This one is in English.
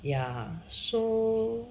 ya so